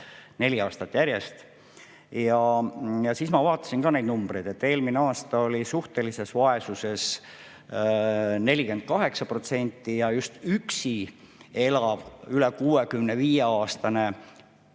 neli aastat järjest, ja siis ma vaatasin neid numbreid. Eelmine aasta oli suhtelises vaesuses 48% ja just üksi elavatest üle 65-aastastest